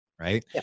right